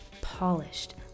Polished